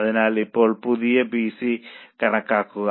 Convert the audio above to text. അതിനാൽ ഇപ്പോൾ പുതിയ വിസി കണക്കാക്കുക